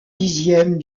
dixièmes